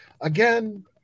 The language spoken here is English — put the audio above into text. again